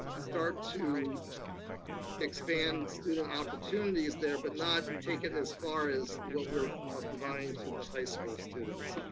start to expand student opportunities there, but not take it as far as what we're providing to the high school students.